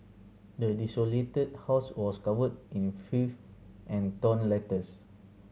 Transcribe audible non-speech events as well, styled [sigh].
the [unintelligible] house was covered in filth and torn letters